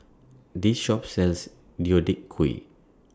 This Shop sells Deodeok Gui